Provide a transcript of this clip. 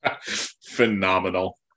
Phenomenal